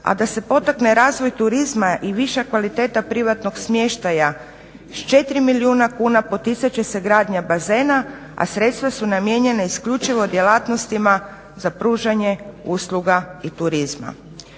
a da se potakne razvoj turizma i viša kvaliteta privatnog smještaja s 4 milijuna kuna poticat će se gradnja bazena, a sredstva su namijenjena isključivo djelatnostima za pružanje usluga i turizma.